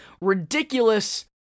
ridiculous